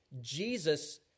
Jesus